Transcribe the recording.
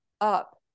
up